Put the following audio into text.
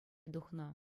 тухнӑ